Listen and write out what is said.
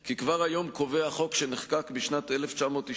כי כבר היום קובע החוק שנחקק בשנת 1999,